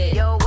yo